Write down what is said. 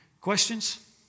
Questions